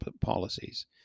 policies